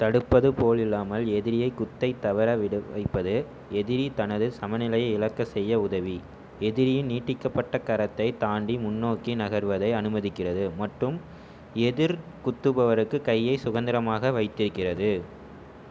தடுப்பது போல் இல்லாமல் எதிரியைக் குத்தைத் தவற விட வைப்பது எதிரி தனது சமநிலையை இழக்கச் செய்ய உதவி எதிரியின் நீட்டிக்கப்பட்ட கரத்தைத் தாண்டி முன்னோக்கி நகர்வதை அனுமதிக்கிறது மற்றும் எதிர் குத்துபவருக்குக் கையைச் சுதந்திரமாக வைத்திருக்கிறது